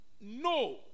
No